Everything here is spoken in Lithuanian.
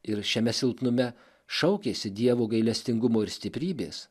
ir šiame silpnume šaukėsi dievo gailestingumo ir stiprybės